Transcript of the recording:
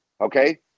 okay